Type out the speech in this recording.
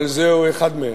אבל זהו אחד מהם.